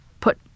put